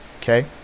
Okay